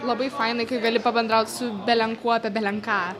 labai fainai kai gali pabendraut su belenkuo apie belenką